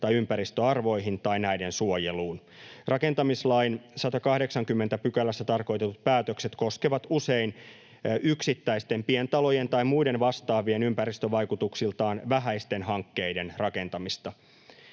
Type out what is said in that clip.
tai ympäristöarvoihin tai näiden suojeluun. Rakentamislain 180 §:ssä tarkoitetut päätökset koskevat usein yksittäisten pientalojen tai muiden vastaavien ympäristövaikutuksiltaan vähäisten hankkeiden rakentamista.